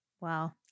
Wow